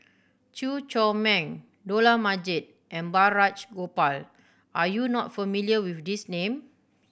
Chew Chor Meng Dollah Majid and Balraj Gopal are you not familiar with these name